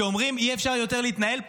שאומרים: אי-אפשר יותר להתנהל פה,